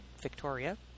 Victoria